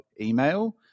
email